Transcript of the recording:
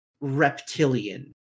reptilian